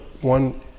one